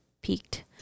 peaked